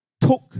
took